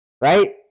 right